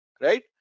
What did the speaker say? right